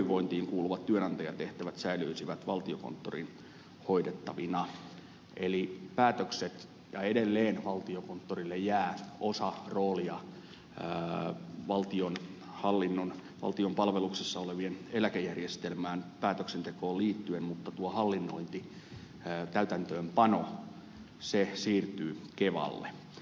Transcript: työhyvinvointiin kuuluvat työnantajatehtävät säilyisivät valtiokonttorin hoidettavina eli päätökset ja edelleen valtiokonttorille jää osa roolia valtion palveluksessa olevien eläkejärjestelmän päätöksentekoon liittyen mutta hallinnointi täytäntöönpano siirtyy kevalle